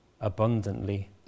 abundantly